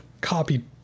copied